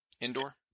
indoor